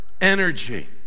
energy